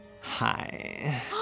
hi